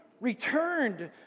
returned